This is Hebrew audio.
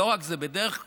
לא רק זה בדרך כלל,